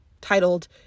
titled